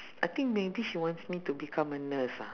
I think maybe wants me to become a nurse lah